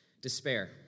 Despair